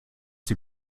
sie